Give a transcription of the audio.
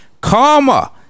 karma